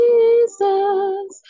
Jesus